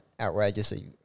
outrageously